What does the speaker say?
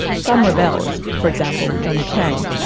some rebelled for example, johnny chang.